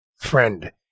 friend